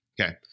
Okay